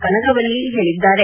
ಕನಗವಲ್ಲಿ ಹೇಳಿದ್ದಾರೆ